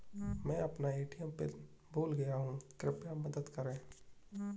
मैं अपना ATM pin भूल गया हूँ, कृपया मदद करें